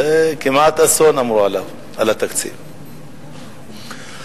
אמרו על התקציב שהוא כמעט אסון.